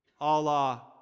Allah